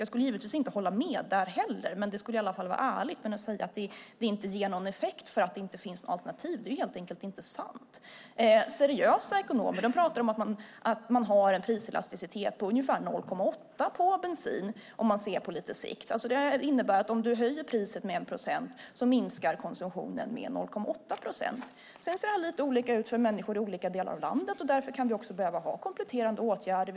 Jag skulle givetvis inte hålla med er där heller, men det skulle i alla fall vara ärligare än att säga att det inte ger någon effekt därför att det inte finns något alternativ. Det är helt enkelt inte sant. Seriösa ekonomer pratar om en priselasticitet på ungefär 0,8 procent på bensin, sett på lite sikt. Det innebär att om du höjer priset med 1 procent minskar konsumtionen med 0,8 procent. Sedan ser det lite olika ut för människor i olika delar av landet. Därför kan det behövas kompletterande åtgärder.